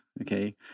okay